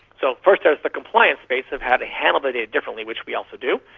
so first there is the compliance space of how to handle the data differently, which we also do.